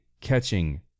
catching